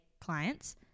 clients –